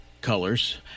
colors